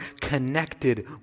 connected